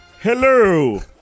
Hello